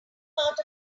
part